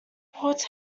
fort